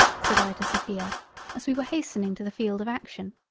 said i to sophia as we were hastening to the field of action.